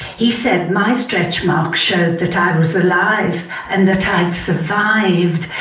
he said. my stretch marks show that the tide was alive and the tides survived,